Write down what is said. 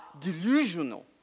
delusional